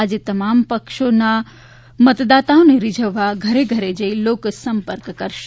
આજે તમામ પક્ષોના કાર્યકરો મતદાતાઓને રીઝવવા ઘરે ઘરે જઈ લોકસંપર્ક કરશે